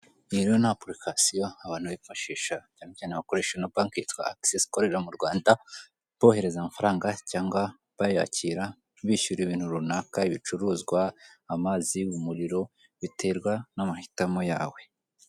Iyi rero ni apulikasiyo abantu bifashisha, cyane cyane abakoresha ino banke yitwa "access", ikorera mu Rwanda. Bohereza amafaranga cyangwa bayakira. Bishyura ibintu runaka, ibicuruzwa, amazi, umuriro. Biterwa n'amahitamo yawe.